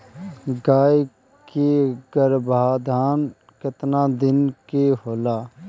गाय के गरभाधान केतना दिन के होला?